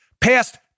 passed